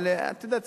אבל את יודעת,